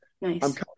Nice